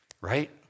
right